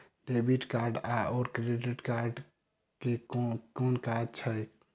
Debit card आओर credit card केँ की काज छैक?